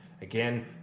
again